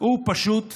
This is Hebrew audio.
הוא פשוט נאיבי,